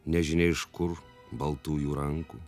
nežinia iš kur baltųjų rankų